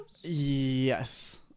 Yes